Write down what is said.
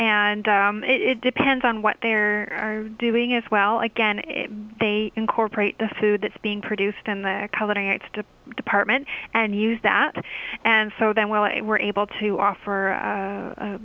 and it depends on what they're doing as well again they incorporate the food that's being produced and the coloring it's to department and use that and so then well if we're able to offer